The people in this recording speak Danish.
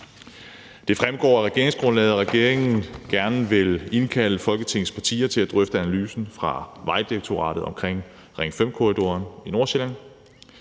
Det fremgår af regeringsgrundlaget, at regeringen gerne vil indkalde Folketingets partier til at drøfte analysen fra Vejdirektoratet af Ring 5-korridoren i Nordsjælland,